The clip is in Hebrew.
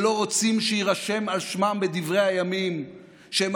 שלא רוצים שיירשם על שמם בדברי הימים שהם